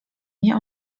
nie